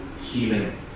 healing